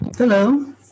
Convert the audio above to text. Hello